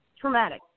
traumatic